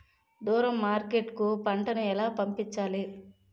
దూరం మార్కెట్ కు పంట ను ఎలా పంపించాలి?